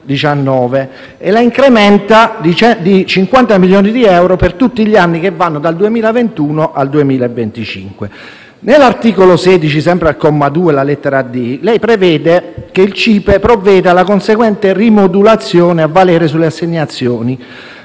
e la incrementa di 50 milioni di euro per tutti gli anni che vanno dal 2021 al 2025. Nell'articolo 16, sempre al comma 2, lettera *d)*, lei prevede che il CIPE provveda alla conseguente rimodulazione a valere sulle assegnazioni